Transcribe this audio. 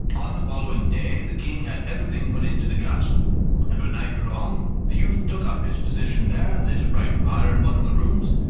on the following day the king had everything put into the castle and when night drew on the youth took up his position there, lit a bright fire in one of the rooms,